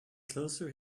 closer